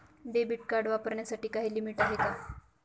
Debit card वापरण्यासाठी काही limit आहे का?